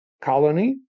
colony